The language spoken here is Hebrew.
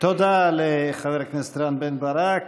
תודה לחבר הכנסת רם בן ברק.